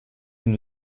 den